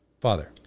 Father